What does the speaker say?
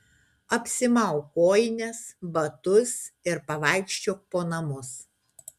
apsimauk kojines batus ir pavaikščiok po namus